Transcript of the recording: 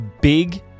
big